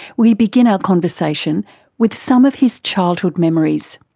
we begin our conversation with some of his childhood memories.